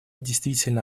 действительно